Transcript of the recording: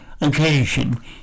occasion